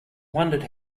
wondered